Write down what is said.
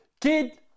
kid